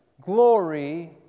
glory